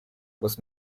was